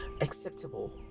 acceptable